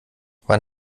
wann